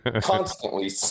Constantly